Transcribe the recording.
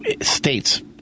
states